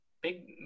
Big